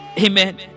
Amen